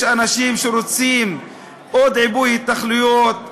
יש אנשים שרוצים עוד עיבוי התנחלויות,